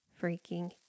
freaking